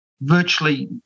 virtually